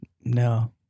No